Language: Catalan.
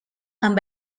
amb